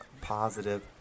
positive